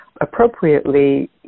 appropriately